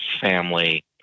family